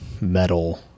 metal